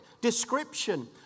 description